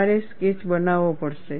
તમારે સ્કેચ બનાવવો પડશે